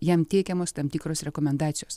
jam teikiamos tam tikros rekomendacijos